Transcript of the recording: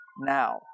now